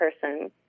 person